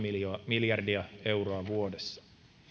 miljardia euroa vuodessa